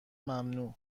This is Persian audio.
ممنوع